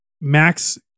Max